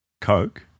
Coke